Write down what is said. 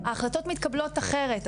ההחלטות מתקבלות אחרת.